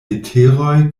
leteroj